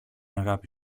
αγάπη